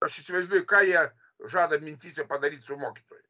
aš įsivaizduoju ką jie žada mintyse padaryt su mokytoju